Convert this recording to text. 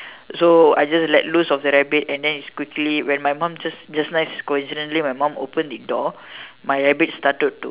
so I just let loose of the rabbit and then it quickly when my mom just just nice coincidentally my mom open the door the rabbit started to